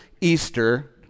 Easter